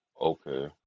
Okay